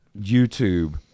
youtube